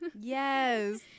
Yes